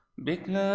because